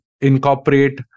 incorporate